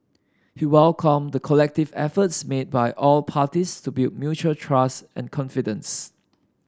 he welcomed the collective efforts made by all parties to build mutual trust and confidence